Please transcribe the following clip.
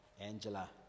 Angela